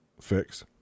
fix